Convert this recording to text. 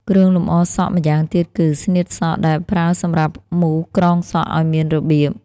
គ្រឿងលម្អសក់ម្យ៉ាងទៀតគឺ "ស្នៀតសក់" ដែលប្រើសម្រាប់មូរក្រងសក់ឱ្យមានរបៀប។